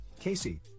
Casey